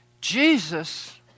Jesus